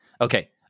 Okay